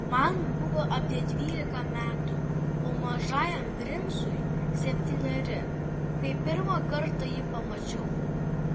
man buvo apie dvylika metų o mažajam princui septyneri kai pirmą kartą jį pamačiau